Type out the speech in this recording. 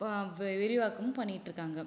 ப வி விரிவாக்கமும் பண்ணிட்டுருக்காங்க